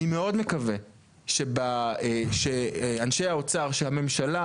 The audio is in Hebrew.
אני מצטרף לדברים שלו ולתודות לצוות הוועדה.